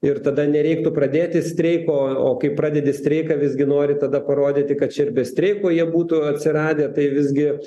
ir tada nereiktų pradėti streiko o kai pradedi streiką visgi nori tada parodyti kad čia ir be streiko jie būtų atsiradę tai visgi